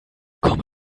come